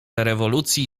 rewolucji